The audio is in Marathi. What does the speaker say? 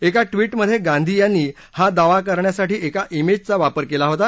एका ट्वीटमधे गांधी यांनी हा दावा करण्यासाठी एका मिजचा वापर केला होता